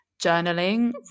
journaling